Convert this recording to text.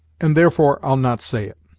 and therefore i'll not say it.